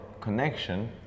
connection